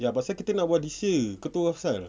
ya pasal kita nak buat this year kau tahu apa pasal